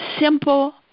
simple